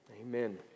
Amen